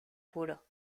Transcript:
juro